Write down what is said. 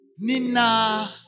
Nina